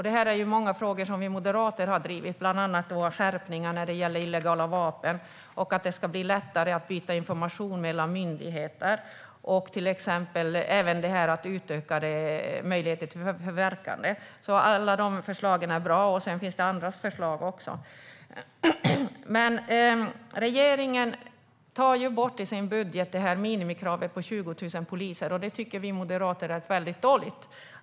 Detta är många frågor som vi moderater har drivit, bland annat skärpning när det gäller illegala vapen och att det ska bli lättare att byta information mellan myndigheter. Vi vill även utöka möjligheterna till förverkande. Alla dessa förslag är bra, men det finns även andra förslag. Regeringen har tagit bort minimikravet på 20 000 poliser ur sin budget. Det tycker vi moderater är väldigt dåligt.